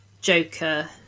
Joker